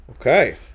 Okay